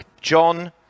John